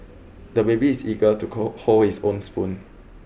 the baby is eager to cold hold his own spoon